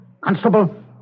Constable